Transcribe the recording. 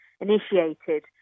initiated